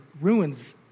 ruins